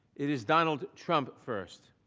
it is donald trump first.